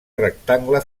rectangle